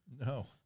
No